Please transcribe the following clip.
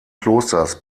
klosters